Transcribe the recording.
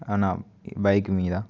ఆ నా బైక్ మీద